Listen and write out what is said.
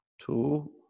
Two